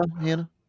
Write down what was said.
Hannah